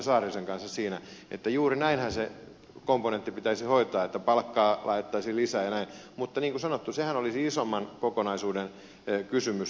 saarisen kanssa siinä että juuri näinhän se komponentti pitäisi hoitaa että palkkaa laitettaisiin lisää ja näin mutta niin kuin sanottu sehän olisi isomman kokonaisuuden kysymys